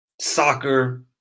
soccer